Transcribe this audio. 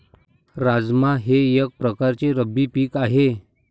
राजमा हे एक प्रकारचे रब्बी पीक आहे